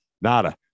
Nada